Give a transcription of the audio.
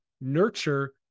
nurture